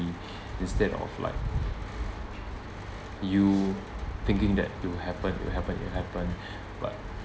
instead of like you thinking that it will happen it will happen it will happen but